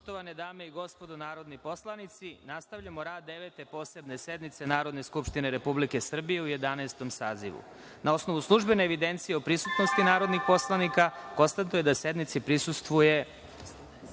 nastavljamo rad Devete posebne sednice Narodne skupštine Republike Srbije u Jedanaestom sazivu. Na osnovu službene evidencije o prisutnosti narodnih poslanika, konstatujem da sednici prisustvuje